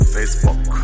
Facebook